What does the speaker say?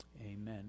amen